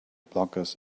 blockers